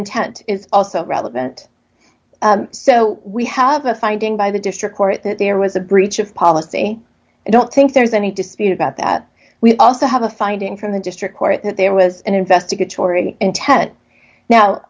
intent is also relevant so we have a finding by the district court that there was a breach of policy i don't think there's any dispute about that we also have a finding from the district court that there was an investigatory intent now